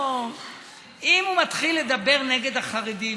אם הוא מתחיל לדבר נגד החרדים,